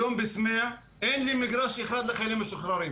היום בסמיע אין לי מגרש אחד לחיילים משוחררים,